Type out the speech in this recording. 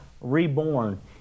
reborn